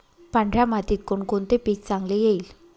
पांढऱ्या मातीत कोणकोणते पीक चांगले येईल?